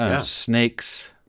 Snakes